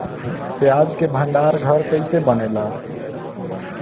प्याज के भंडार घर कईसे बनेला?